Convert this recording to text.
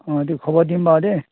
অঁ এইটো খবৰ দিম বাৰু দেই